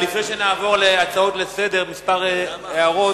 לפני שנעבור להצעות לסדר-היום, כמה הערות,